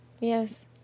Yes